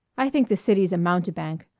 i think the city's a mountebank.